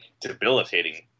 debilitating